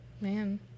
Man